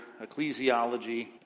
Ecclesiology